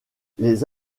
les